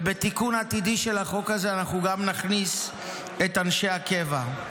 ובתיקון עתידי של החוק הזה אנחנו נכניס גם את אנשי הקבע.